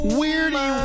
weirdy